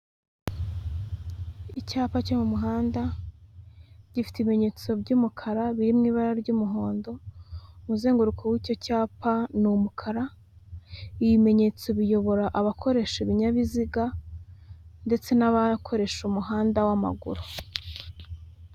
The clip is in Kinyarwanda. Icyapa cyo mu muhanda gifite ibimenyetso by'umukara biri mu ibara ry'umuhondo, umuzenguruko w'icyo cyapa ni umukara. Ibimenyetso biyobora abakoresha ibinyabiziga ndetse n'abakoresha umuhanda w'amaguru.